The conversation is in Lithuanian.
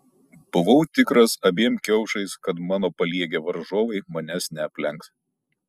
buvau tikras abiem kiaušais kad mano paliegę varžovai manęs neaplenks